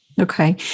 Okay